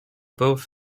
both